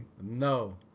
No